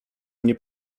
nie